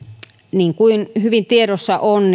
niin kuin hyvin tiedossa on